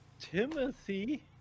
Timothy